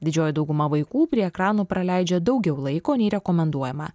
didžioji dauguma vaikų prie ekranų praleidžia daugiau laiko nei rekomenduojama